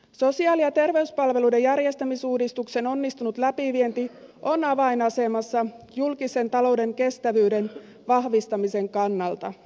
sosiaali ja terveyspalveluiden järjestämisuudistuksen onnistunut läpivienti on avainasemassa julkisen talouden kestävyyden vahvistamisen kannalta